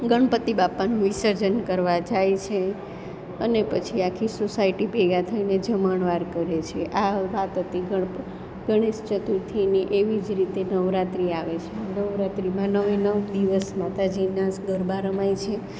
ગણપતિ બાપાનું વિસર્જન કરવા જાય છે અને પછી આખી સોસાયટી ભેગા થઈને જમણવાર કરે છે આ વાત હતી ગણેશ ચતુર્થીની એવી જ રીતે નવરાત્રિ આવે છે નવરાત્રિમાં નવે નવ દિવસ માતાજીના ગરબા રમાય છે